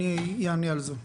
אני אענה על זה.